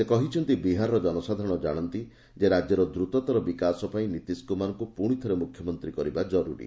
ସେକହିଛନ୍ତି ବିହାରର ଜନସାଧାରଣ ଜାଣନ୍ତି ଯେ ରାଜ୍ୟର ଦୂତତର ବିକାଶ ପାଇଁ ନିତୀଶକୁମାରଙ୍କୁ ପୁଣିଥରେ ମୁଖ୍ୟମନ୍ତ୍ରୀ କରିବା ଜରୁରୀ